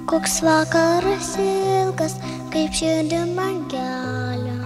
koks vakaras ilgas kaip širdį man gelia